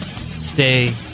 Stay